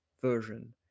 version